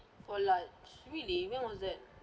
for large really when was that